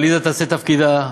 עליזה תעשה את תפקידה,